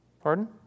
Pardon